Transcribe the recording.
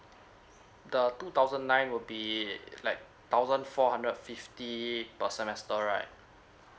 the two thousand nine will be like thousand four hundred fifty per semester right